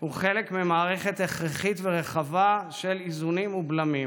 הוא חלק ממערכת הכרחית ורחבה של איזונים ובלמים.